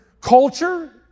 culture